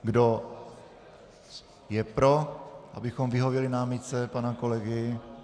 Kdo je pro, abychom vyhověli námitce pana kolegy?